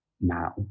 now